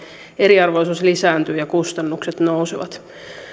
eriarvoisuus lisääntyy ja kustannukset nousevat